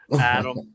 Adam